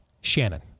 Shannon